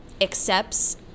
accepts